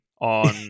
on